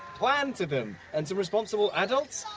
plan to them. and some responsible adults.